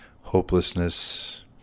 hopelessness